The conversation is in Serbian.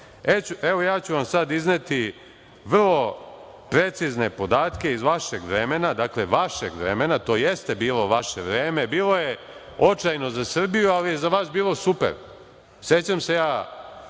Evo, ja ću vam sad izneti vrlo precizne podatke iz vašeg vremena, dakle, vašeg vremena, to jeste bilo vaše vreme, bilo je očajno za Srbiju, ali je za vas bilo super.